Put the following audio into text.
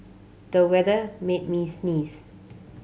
the weather made me sneeze